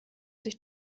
sich